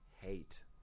hate